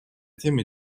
теме